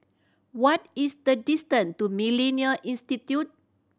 what is the distant to Millennia Institute